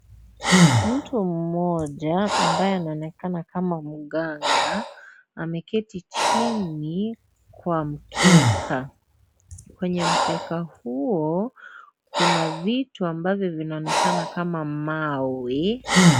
Mtu mmoja ambaye anaonekana kama mganga ameketi chini kwa mkeka. Kwenye mkeka huo kuna vitu ambavyo vinaonekana kama mawe.